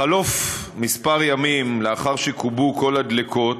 בחלוף כמה ימים, לאחר שכובו כל הדלקות,